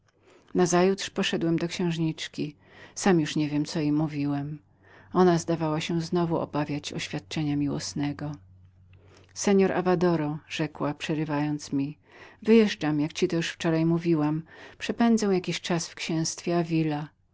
nazajutrz poszedłem do księżniczki sam niewiem co już jej mówiłem ona zdawała się znowu obawiać oświadczenia miłosnego seor avadoro rzekła wyjeżdżam jak ci to już wczoraj mówiłam przepędzę jakiś czas w mojem księstwie davila